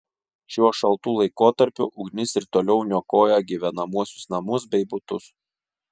šiuo šaltu laikotarpiu ugnis ir toliau niokoja gyvenamuosius namus bei butus